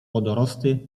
wodorosty